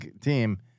team